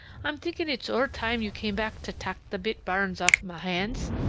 i'm thinking it's ower time you came back to tak' the bit bairns off my hands.